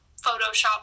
Photoshop